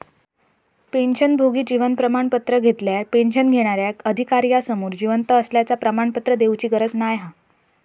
पेंशनभोगी जीवन प्रमाण पत्र घेतल्यार पेंशन घेणार्याक अधिकार्यासमोर जिवंत असल्याचा प्रमाणपत्र देउची गरज नाय हा